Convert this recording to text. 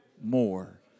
more